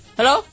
hello